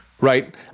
Right